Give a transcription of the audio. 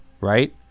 Right